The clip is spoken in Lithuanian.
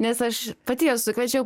nes aš pati juos sukviečiau